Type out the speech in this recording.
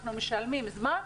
אנחנו משלמים על זמן,